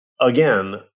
again